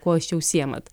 kuo jūs čia užsiimat